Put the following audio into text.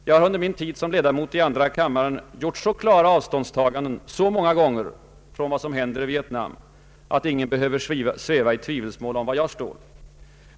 Jag har under min tid som ledamot av andra kammaren gjort så klara avståndstaganden från Vietnamkriget att ingen behöver sväva i tvivelsmål om var jag står.